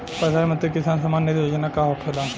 प्रधानमंत्री किसान सम्मान निधि योजना का होखेला?